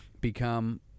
become